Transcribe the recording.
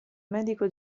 medico